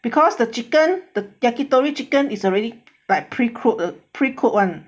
because the chicken the yakitori chicken is already like pre cook pre cook [one]